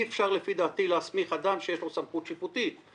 אפשר לפי דעתי להסמיך אדם שיש לו סמכות שיפוטית,